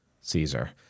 Caesar